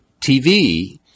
TV